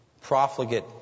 profligate